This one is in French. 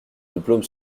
diplôme